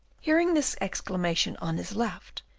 hearing this exclamation on his left,